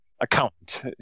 accountant